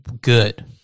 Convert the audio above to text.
good